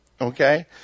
okay